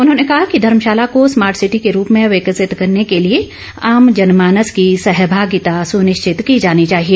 उन्होंने कहा कि धर्मशाला को स्मार्ट सिटी के रूप में विकसित करने के लिए आम जनमानस की सहभागिता सुनिश्चित की जानी चाहिए